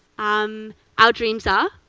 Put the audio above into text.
um our dreams are.